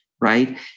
Right